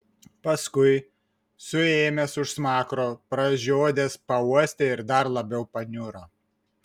paskui suėmęs už smakro pražiodęs pauostė ir dar labiau paniuro